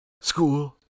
school